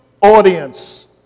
audience